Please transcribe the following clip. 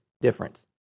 difference